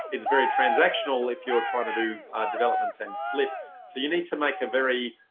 it's very transactional if you're trying to do developments and flip so you need to make a very